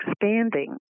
expanding